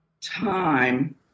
time